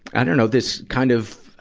i dunno, this kind of,